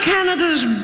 Canada's